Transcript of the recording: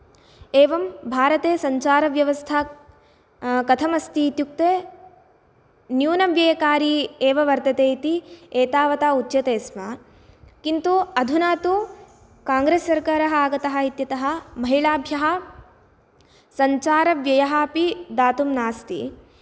एवं भारते सञ्चारव्यवस्था कथम् अस्ति इत्युक्ते न्यूनव्ययकारी एव वर्तते इति एतावता उच्यते स्म किन्तु अधुना तु काङ्ग्रेस् सर्कारः आगतः इति कृत्वा महिलाभ्यः सञ्चारव्ययः अपि दातुं नास्ति